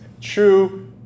true